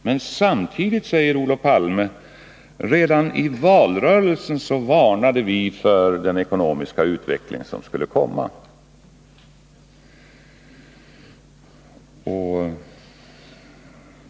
Men samtidigt säger Olof Palme: Redan i valrörelsen varnade vi socialdemokrater för den ekonomiska utveckling som skulle komma.